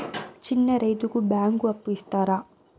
చిన్న రైతుకు బ్యాంకు అప్పు ఇస్తారా?